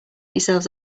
yourselves